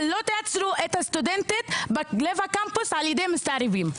אבל לא תעצרו את הסטודנטית בלב הקמפוס על ידי מסתערבים.